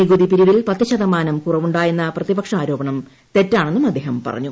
നികുതി പിരിവിൽ പത്ത് ശതമാനം കുറവുണ്ടായെന്ന പ്രതിപക്ഷ ആരോപണം തെറ്റാണെന്നും അദ്ദേഹം പറഞ്ഞു